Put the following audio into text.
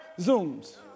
zooms